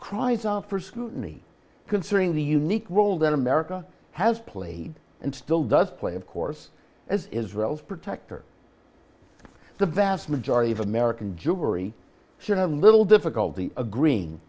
cries out for scrutiny concerning the unique role that america has played and still does play of course as israel's protector the vast majority of american jewry should have little difficulty a gree